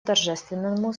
торжественному